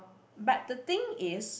but the thing is